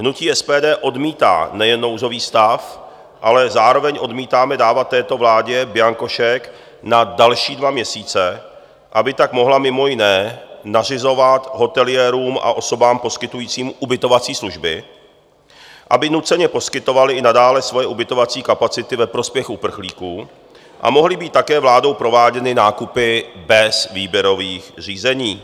Hnutí SPD odmítá nejen nouzový stav, ale zároveň odmítáme dávat této vládě bianko šek na další dva měsíce, aby tak mohla mimo jiné nařizovat hoteliérům a osobám poskytujícím ubytovací služby, aby nuceně poskytovali i nadále svoje ubytovací kapacity ve prospěch uprchlíků a mohly být také vládou prováděny nákupy bez výběrových řízení.